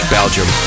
Belgium